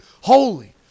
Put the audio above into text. Holy